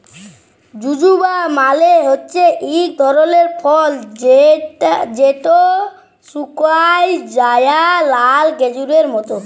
জুজুবা মালে হছে ইক ধরলের ফল যেট শুকাঁয় যাউয়া লাল খেজুরের মত